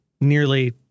nearly